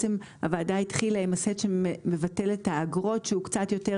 הוועדה התחילה עם הסט שמבטל את האגרות שהוא קצת יותר